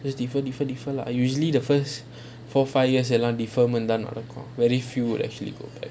that different different different lah usually the first four five years allow deferment நடக்கும்:nadakkum very few would actually go back